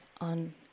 on